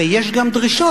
הרי יש גם דרישות,